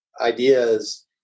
ideas